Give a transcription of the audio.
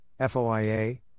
FOIA